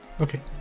Okay